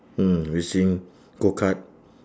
mm racing go-kart